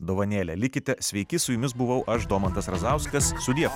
dovanėlę likite sveiki su jumis buvau aš domantas razauskas sudie